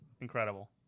Incredible